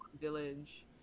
village